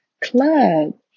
club